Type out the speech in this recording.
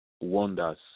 wonders